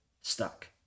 stuck